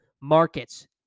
markets